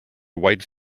white